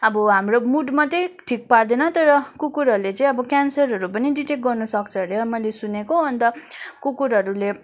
अब हाम्रो मुड मात्रै ठिक पार्दैन तर कुकुरहरूले चाहिँ क्यान्सरहरू पनि डिटेक्ट गर्न सक्छ अरे मैले सुनेको अन्त कुकुरहरूले